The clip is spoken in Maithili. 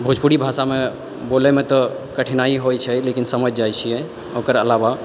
भोजपुरी भाषामे बोलै मे तऽ कठिनाइ होइ छै लेकिन समझ जाइ छियै ओकर आलावा